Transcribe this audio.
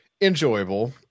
enjoyable